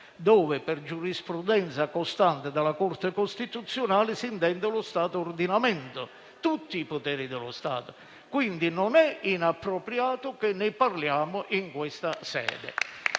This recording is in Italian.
cui, per giurisprudenza costante della Corte costituzionale, si intende lo Stato ordinamento, tutti i poteri dello Stato. Quindi, non è inappropriato che ne parliamo in questa sede.